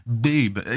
Babe